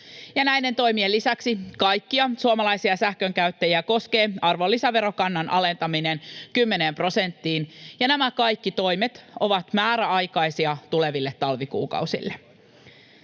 Näiden toimien lisäksi kaikkia suomalaisia sähkönkäyttäjiä koskee arvonlisäverokannan alentaminen 10 prosenttiin, ja nämä kaikki toimet ovat määräaikaisia tuleville talvikuukausille.